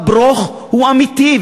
ה"ברוך" הוא אמיתי,